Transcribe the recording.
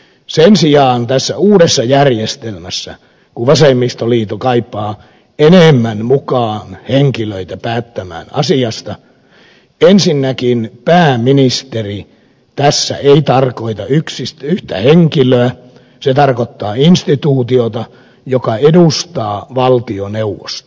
sen sijaan tässä uudessa järjestelmässä kun vasemmistoliitto kaipaa enemmän mukaan henkilöitä päättämään asiasta ensinnäkin pääministeri tässä ei tarkoita yhtä henkilöä vaan instituutiota joka edustaa valtioneuvostoa